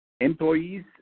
Employees